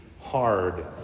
hard